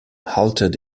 halted